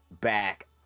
back